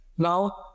Now